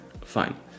fine